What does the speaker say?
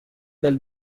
del